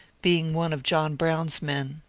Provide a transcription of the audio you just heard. being one of john brown's men.